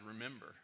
remember